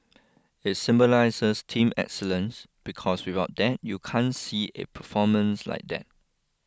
it symbolises team excellence because without that you can't see a performance like that